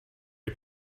you